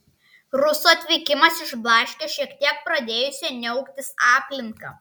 ruso atvykimas išblaškė šiek tiek pradėjusią niauktis aplinką